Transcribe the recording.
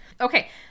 Okay